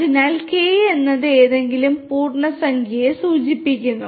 അതിനാൽ K എന്നത് ഏതെങ്കിലും പൂർണ്ണസംഖ്യയെ സൂചിപ്പിക്കുന്നു